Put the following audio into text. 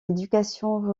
éducation